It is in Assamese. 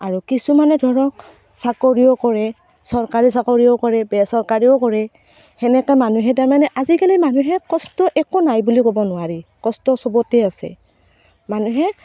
আৰু কিছুমানে ধৰক চাকৰিও কৰে চৰকাৰী চাকৰিও কৰে বেচৰকাৰীও কৰে সেনেকৈ মানুহে তাৰমানে আজিকালি মানুহে কষ্ট একো নাই বুলি ক'ব নোৱাৰি কষ্ট চবতে আছে মানুহে